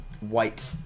white